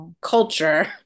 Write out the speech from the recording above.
culture